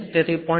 તેથી 0